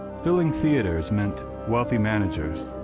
filling theater's meant wealthy managers,